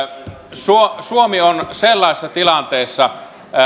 suomi suomi on sellaisessa tilanteessa